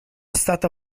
stata